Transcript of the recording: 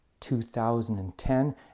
2010